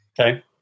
Okay